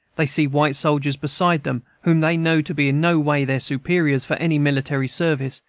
they see white soldiers beside them, whom they know to be in no way their superiors for any military service,